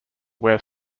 wear